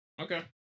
Okay